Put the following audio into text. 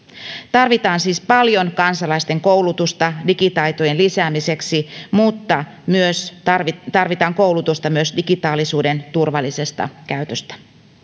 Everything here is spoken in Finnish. tarvitaan siis paljon kansalaisten koulutusta digitaitojen lisäämiseksi mutta tarvitaan koulutusta myös digitaalisuuden turvallisesta käytöstä